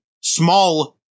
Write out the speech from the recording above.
small